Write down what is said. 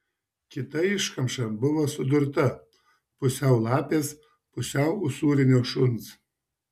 kita iškamša buvo sudurta pusiau lapės pusiau usūrinio šuns